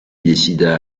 décida